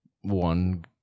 one